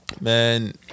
man